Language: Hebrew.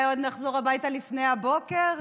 אולי עוד נחזור הביתה לפני הבוקר.